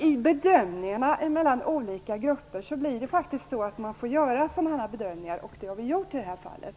I bedömningarna mellan olika grupper måste man göra sådana avvägningar, och det har vi gjort i det här fallet.